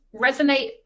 resonate